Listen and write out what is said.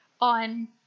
on